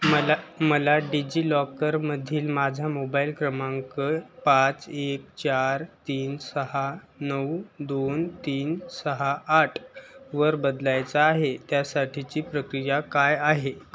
मला मला डिजिलॉकरमधील माझा मोबाईल क्रमांक पाच एक चार तीन सहा नऊ दोन तीन सहा आठवर बदलायचा आहे त्यासाठीची प्रक्रिया काय आहे